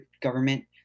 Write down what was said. government